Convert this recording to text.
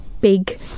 big